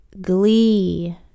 glee